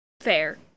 Fair